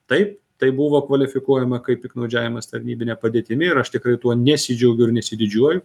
taip tai buvo kvalifikuojama kaip piktnaudžiavimas tarnybine padėtimi ir aš tikrai tuo nesidžiaugiu ir nesididžiuoju